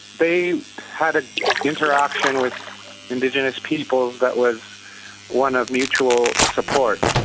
they had an interaction with indigenous people that was one of mutual support.